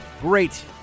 Great